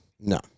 No